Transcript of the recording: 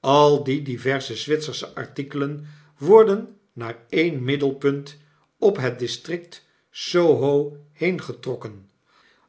al die diverse zwitsersche artikelen worden naar e'en middelpunt op het district soho heengetrokken